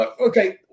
Okay